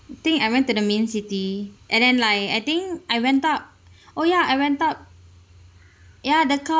I think I went to the main city and then like I think I went up oh ya I went up ya the cow